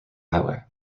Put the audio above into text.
highway